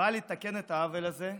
באה לתקן את העוול הזה.